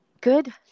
Good